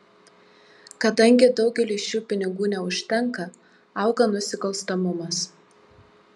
kadangi daugeliui šių pinigų neužtenka auga nusikalstamumas